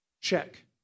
check